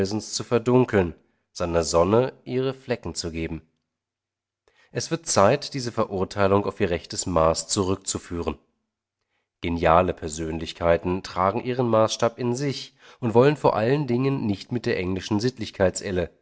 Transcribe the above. zu verdunkeln seiner sonne ihre flecken zu geben es wird zeit diese verurteilung auf ihr rechtes maß zurückzuführen geniale persönlichkeiten tragen ihren maßstab in sich und wollen vor allen dingen nicht mit der englischen